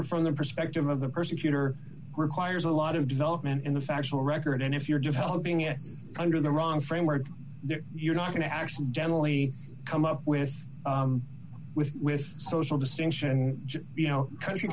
from the perspective of the persecutor requires a lot of development in the factual record and if you're just helping it under the wrong framework there you're not going to accidentally come up with with with social distinction you know